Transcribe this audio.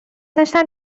داشتم